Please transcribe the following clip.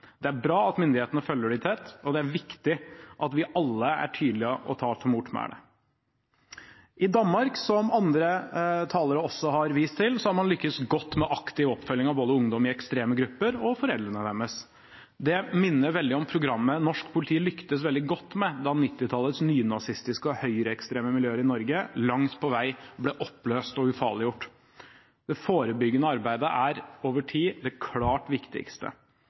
Det er bra at myndighetene følger dem tett, og det er viktig at vi alle er tydelige og tar til motmæle. I Danmark, som andre talere også har vist til, har man lyktes godt med aktiv oppfølging av vold og ungdom i ekstreme grupper og foreldrene deres. Det minner veldig om programmet norsk politi lyktes veldig godt med da 1990-tallets nynazistiske og høyreekstreme miljøer i Norge langt på vei ble oppløst og ufarliggjort. Det forebyggende arbeidet er over tid det klart viktigste.